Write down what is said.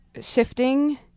shifting